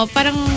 Parang